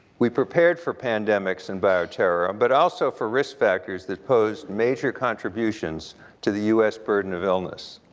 we prepared for pandemics and bioterror but also for risk factors that posed major contributions to the us burden of illness.